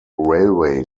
railway